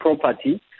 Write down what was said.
property